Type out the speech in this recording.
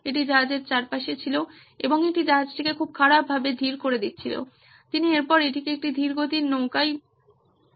এটি জাহাজের চারপাশে ছিল এবং এটি জাহাজটিকে খুব খারাপভাবে ধীর করে দিচ্ছিল তিনি এরপর এটিকে একটি ধীর গতির নৌকাই বলা যায়